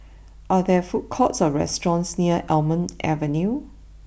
are there food courts or restaurants near Almond Avenue